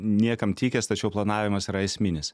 niekam tikęs tačiau planavimas yra esminis